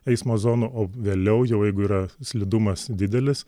eismo zonų o vėliau jau yra slidumas didelis